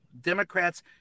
Democrats